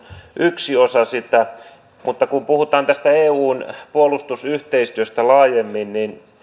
yksi osa sitä mutta kun puhutaan tästä eun puolustusyhteistyöstä laajemmin niin